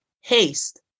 haste